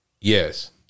Yes